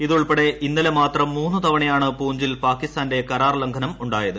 ഇതുൾപ്പെടെ ഇന്നലെ മാത്രം മൂന്നു തവണയാണ് പൂഞ്ചിൽ പാകിസ്ഥാന്റെ കരാർ ലംഘനം ഉണ്ടായത്